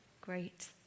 Great